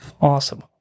Awesome